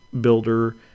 builder